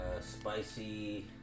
Spicy